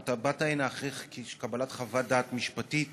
אם אתה באת הנה אחרי קבלת חוות דעת משפטית